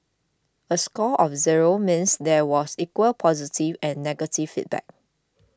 a score of zero means there was equal positive and negative feedback